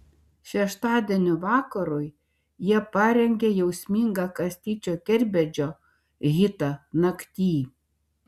šeštadienio vakarui jie parengė jausmingą kastyčio kerbedžio hitą nakty